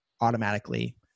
automatically